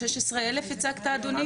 על 16,000 הצגת אדוני?